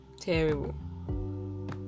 terrible